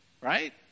Right